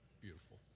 Beautiful